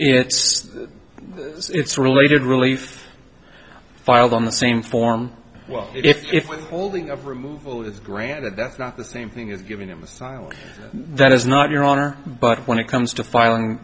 know it's related relief filed on the same form well if holding of removal is granted that's not the same thing as giving him asylum that is not your honor but when it comes to filing